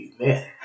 amen